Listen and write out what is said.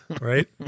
Right